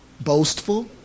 boastful